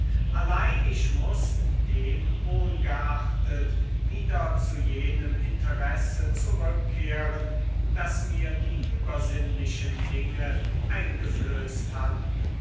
allein ich muß demohngeachtet wieder zu jenem interesse zurückkehren das mir die übersinnlichen dinge eingeflößt hatten